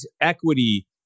equity